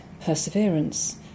perseverance